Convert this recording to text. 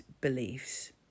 beliefs